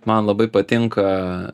man labai patinka